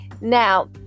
now